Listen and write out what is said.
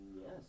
Yes